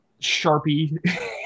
Sharpie